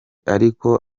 ariko